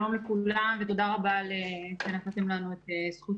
שלום לכולם ותודה רבה על זכות הדיבור.